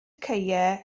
caeau